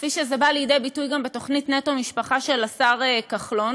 כפי שזה בא לידי ביטוי גם בתוכנית "נטו משפחה" של השר כחלון,